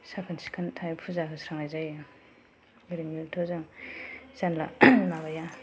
साखोन सिखोन थायो फुजा होस्रांनाय जायो ओरैनोथ' जों जानला माबाया